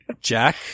Jack